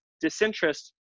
disinterest